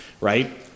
right